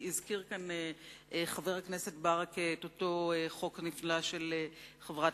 הזכיר כאן חבר הכנסת ברכה את אותו חוק נפלא של חברת